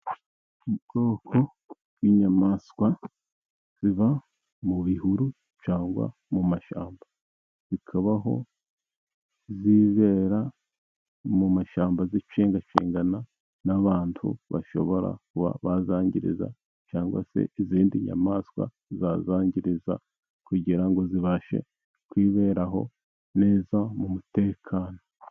Ubwoko bw'inyamaswa ziba mu bihuru cyangwa mu mashyamba. Zikabaho zibera mu mashyamba zicengacengana n'abantu bashobora kuba bazangiriza, cyangwa se izindi nyamaswa zazangiriza, kugira ngo zibashe kwiberaho neza mu mutekano.